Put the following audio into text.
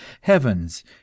heavens